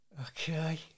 Okay